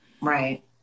Right